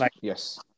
Yes